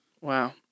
Wow